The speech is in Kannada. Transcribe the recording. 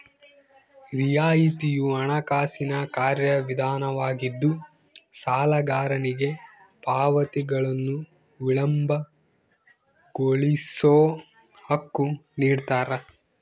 ರಿಯಾಯಿತಿಯು ಹಣಕಾಸಿನ ಕಾರ್ಯವಿಧಾನವಾಗಿದ್ದು ಸಾಲಗಾರನಿಗೆ ಪಾವತಿಗಳನ್ನು ವಿಳಂಬಗೊಳಿಸೋ ಹಕ್ಕು ನಿಡ್ತಾರ